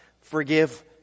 forgive